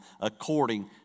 according